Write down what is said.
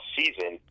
season